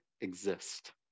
exist